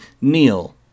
Neil